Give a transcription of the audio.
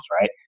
right